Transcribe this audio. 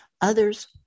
Others